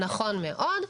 נכון מאוד.